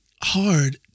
hard